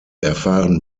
erfahren